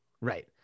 Right